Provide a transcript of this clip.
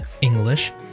English